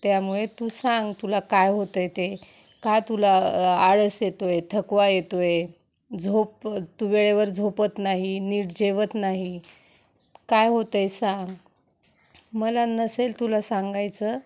त्यामुळे तू सांग तुला काय होतं आहे ते का तुला अ आळस येतो आहे थकवा येतो आहे झोप तू वेळेवर झोपत नाही नीट जेवत नाही काय होतं आहे सांग मला नसेल तुला सांगायचं